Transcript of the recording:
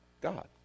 God